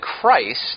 Christ